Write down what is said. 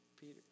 Peter